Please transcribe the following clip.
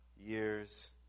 years